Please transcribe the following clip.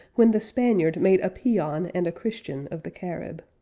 when the spaniard made a peon and a christian of the carib.